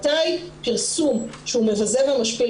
מתי פרסום שהוא מבזה ומשפיל,